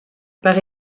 par